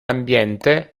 ambiente